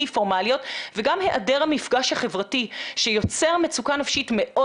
פורמליות וגם היעדר המפגש החברתי שיוצר מצוקה נפשית מאוד